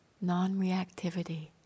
non-reactivity